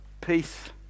Peace